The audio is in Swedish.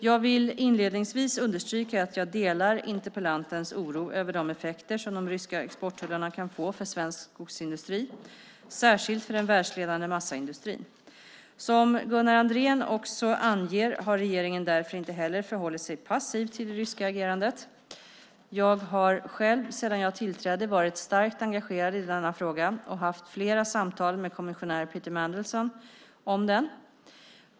Jag vill inledningsvis understryka att jag delar interpellantens oro över de effekter som de ryska exporttullarna kan få för svensk skogsindustri, särskilt för den världsledande massaindustrin. Som Gunnar Andrén också anger har regeringen därför inte heller förhållit sig passiv till det ryska agerandet. Jag har själv sedan jag tillträdde varit starkt engagerad i denna fråga och haft flera samtal med kommissionär Peter Mandelson om den.